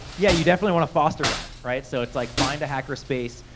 yeah, you definitely wanna foster that, right? so, it's like find a hacker space.